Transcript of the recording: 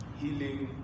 healing